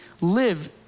live